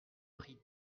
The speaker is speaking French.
pris